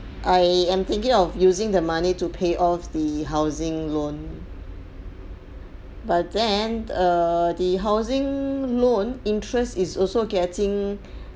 I am thinking of using the money to pay off the housing loan but then err the housing loan interest is also getting